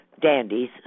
dandies